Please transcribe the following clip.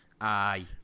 Aye